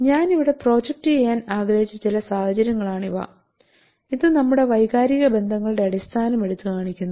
ഞാൻ ഇവിടെ പ്രൊജക്റ്റ് ചെയ്യാൻ ആഗ്രഹിച്ച ചില സാഹചര്യങ്ങളാണിവ ഇത് നമ്മുടെ വൈകാരിക ബന്ധങ്ങളുടെ അടിസ്ഥാനം എടുത്തുകാണിക്കുന്നു